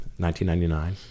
1999